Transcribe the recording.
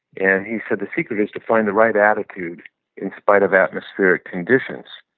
and he said the secret is to find the right attitude in spite of atmospheric conditions.